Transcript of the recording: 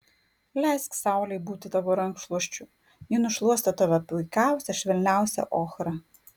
leisk saulei būti tavo rankšluosčiu ji nušluosto tave puikiausia švelniausia ochra